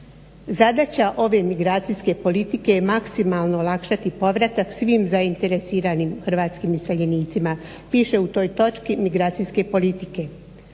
zadaća ove migracijske politike je maksimalno olakšati povratak svim zainteresiranim iseljenicima međutim u toj istoj migracijskoj politici